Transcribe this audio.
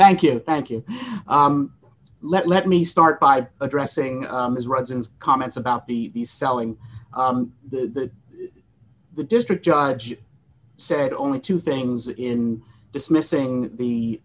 thank you thank you let me start by addressing his residence comments about the selling the the district judge said only two things in dismissing the